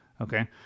Okay